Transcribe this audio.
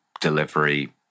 delivery